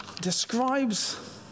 describes